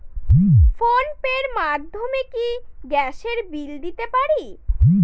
Phone pay র মাধ্যমে কি গ্যাসের বিল দিতে পারি?